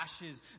ashes